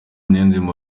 niyonzima